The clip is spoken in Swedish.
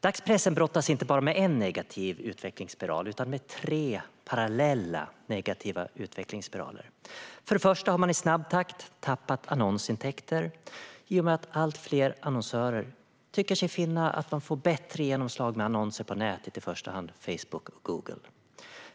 Dagspressen brottas inte med endast en negativ utvecklingsspiral utan med tre parallella negativa utvecklingsspiraler. För det första har man i snabb takt tappat annonsintäkter i och med att allt fler annonsörer tycker sig finna att man får bättre genomslag med annonser på nätet, i första hand Facebook och Google.